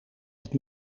wat